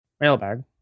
Mailbag